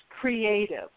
creative